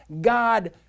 God